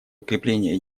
укрепление